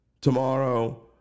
tomorrow